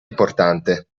importante